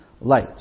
light